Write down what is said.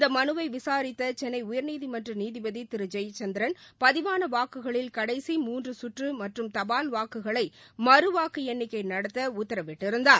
இந்த மனுவை விசாரித்த சென்னை உயர்நீதிமன்ற நீதிபதி திரு ஜெயச்சந்திரன் பதிவான வாக்குகளில் கடைசி மூன்று கற்று மற்றம் தபால் வாக்குகளை மறுவாக்கு எண்ணிக்கை நடத்த உத்தரவிட்டிருந்தார்